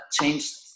changed